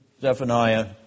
Zephaniah